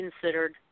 considered